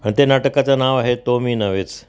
आणि ते नाटकाचं नाव आहे तो मी नव्हेच